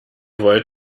wollt